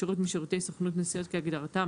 שירות משירותי סוכנות נסיעות כהגדרתם